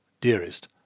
dearest